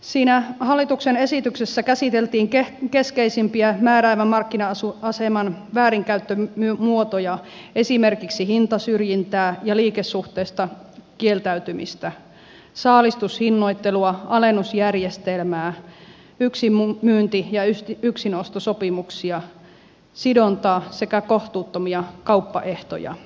siinä hallituksen esityksessä käsiteltiin keskeisimpiä määräävän markkina aseman väärinkäyttömuotoja esimerkiksi hintasyrjintää ja liikesuhteesta kieltäytymistä saalistushinnoittelua alennusjärjestelmää yksinmyynti ja yksin ostosopimuksia sidontaa sekä kohtuuttomia kauppaehtoja